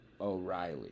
O'Reilly